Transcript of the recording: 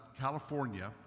California